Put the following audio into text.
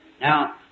Now